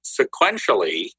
sequentially